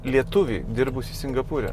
lietuvį dirbusį singapūre